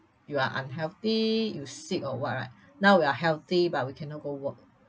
you are unhealthy you sick or what right now we are healthy but we cannot go work